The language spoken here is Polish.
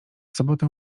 sobotę